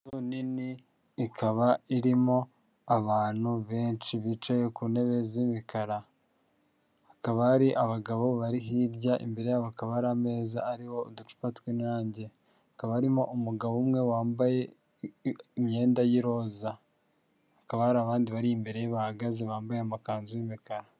Inzu nini ikaba irimo abantu benshi bicaye ku ntebe z'imikara, hakaba hari abagabo bari hirya, imbere yabo hakaba hari ameza ariho uducupa tw'Inyange hakaba harimo umugabo umwe wambaye imyenda y'iroza, hakaba hari abandi bari imbere bahagaze bambaye amakanzu y'imikara.